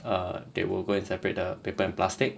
err they will go and separate the paper and plastic